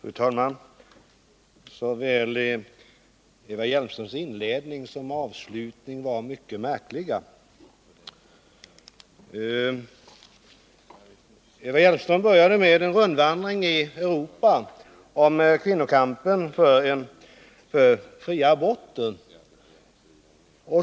Fru talman! Såväl Eva Hjelmströms inledning som hennes avslutning var mycket märklig. Eva Hjelmström började med att göra en rundvandring i Europa och tala om kvinnokampen för fria aborter.